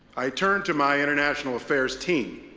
i turned to my international-affairs team.